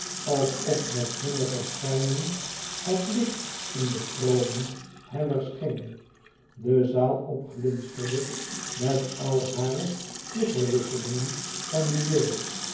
alsof mèt hunne verschijning het licht in de kronen heller scheen de zaal opglinsterde met al hare flikkerwisselingen van juweel